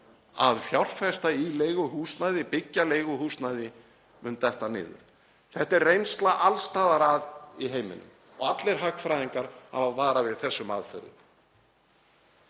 að fjárfesta í leiguhúsnæði, byggja leiguhúsnæði, mun detta niður. Þetta er reynslan alls staðar í heiminum og allir hagfræðingar hafa varað við þessum aðferðum.